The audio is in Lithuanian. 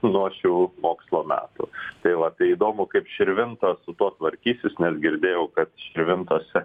nuo šių mokslo metų tai va tai įdomu kaip širvintos su tuo tvarkysis nes girdėjau kad širvintose